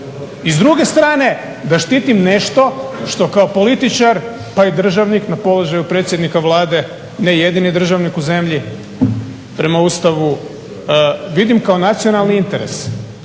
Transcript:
I s druge strane, da štitim nešto što kao političar pa i državnik na položaju predsjednika Vlade, ne jedini državnik u zemlji, prema Ustavu vidim kako nacionalni interes